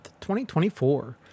2024